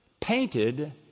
painted